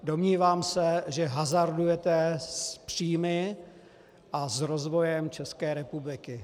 Domnívám se, že hazardujete s příjmy a s rozvojem České republiky.